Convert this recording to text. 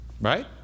Right